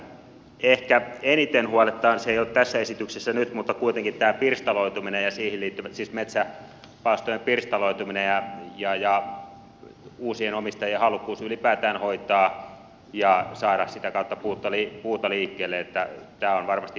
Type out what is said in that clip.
se mikä ehkä eniten huolettaa ei ole tässä esityksessä nyt mutta kuitenkin että pirstaloituminen siihen liittyvät siis tämä metsäpalstojen pirstaloituminen ja uusien omistajien halukkuus ylipäätään hoitaa ja saada sitä kautta puuta liikkeelle on varmasti iso haaste jatkossa